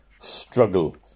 struggle